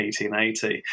1880